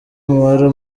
umubare